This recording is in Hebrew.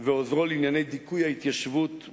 ועוזרו לענייני דיכוי ההתיישבות,